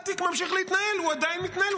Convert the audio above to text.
התיק ממשיך להתנהל, הוא מתנהל.